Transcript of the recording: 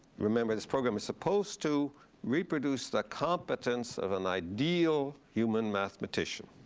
remember, this program is supposed to reproduce the competence of an ideal human mathematician.